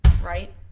right